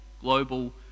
global